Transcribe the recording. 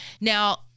Now-